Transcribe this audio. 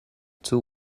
too